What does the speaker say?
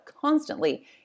constantly